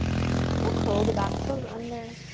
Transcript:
we'll curl the back toes under.